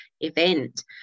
event